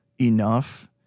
enough